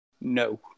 No